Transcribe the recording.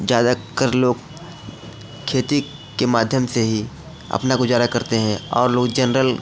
ज़्यादातर लोग खेती के माध्यम से ही अपना गुज़ारा करते हैं और लोग जेनरल